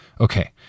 Okay